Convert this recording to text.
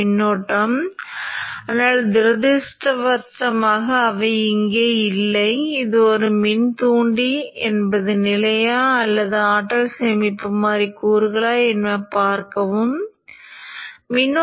முன்னோக்கி மாற்றியின் முதன்மை மற்றும் இரண்டாம்நிலையில் தற்போதைய அலைவடிவங்கள் இப்படித்தான் பாய்கின்றன